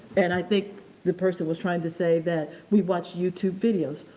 and, i think the person was trying to say that we watch youtube videos.